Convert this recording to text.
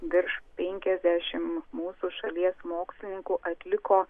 virš penkiasdešimt mūsų šalies mokslininkų atliko